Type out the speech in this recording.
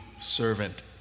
servant